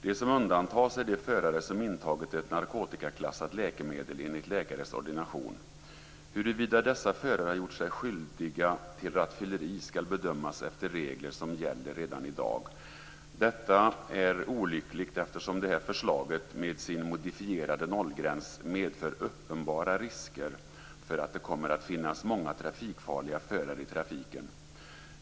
De som undantas är de förare som har intagit ett narkotikaklassat läkemedel enligt läkares ordination. Huruvida dessa förare har gjort sig skyldiga till rattfylleri skall bedömas efter regler som gäller redan i dag. Detta är olyckligt eftersom det här förslaget med sin modifierade nollgräns medför uppenbara risker för att det kommer att finnas många trafikfarliga förare i trafiken.